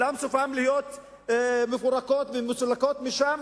וכולן סופן להיות מפורקות ומסולקות משם,